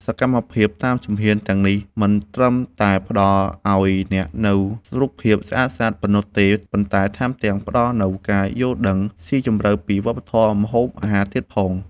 សកម្មភាពតាមជំហានទាំងនេះ មិនត្រឹមតែផ្ដល់ឱ្យអ្នកនូវរូបភាពស្អាតៗប៉ុណ្ណោះទេ ប៉ុន្តែថែមទាំងផ្ដល់នូវការយល់ដឹងស៊ីជម្រៅពីវប្បធម៌ម្ហូបអាហារទៀតផង។